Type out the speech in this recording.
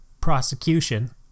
prosecution